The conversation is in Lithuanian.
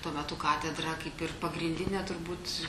tuo metu katedra kaip ir pagrindinė turbūt